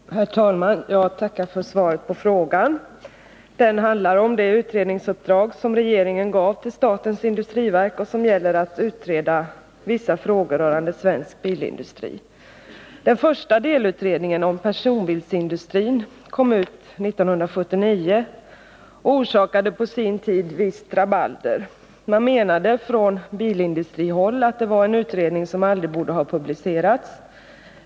Herr talman! Jag tackar för svaret på frågan. Den handlar om det utredningsuppdrag som regeringen gav till statens industriverk och som gällde att utreda vissa frågor rörande svensk bilindustri. Den första delutredningen om personbilsindustrin kom ut 1979 och orsakade på sin tid ett visst rabalder. Man menade från bilindustrihåll att det var en utredning som aldrig borde ha publicerats.